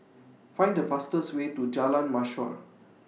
Find The fastest Way to Jalan Mashhor